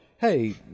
Hey